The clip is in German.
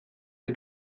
ein